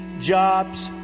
jobs